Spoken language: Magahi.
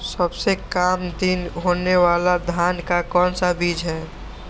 सबसे काम दिन होने वाला धान का कौन सा बीज हैँ?